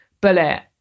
bullet